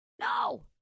no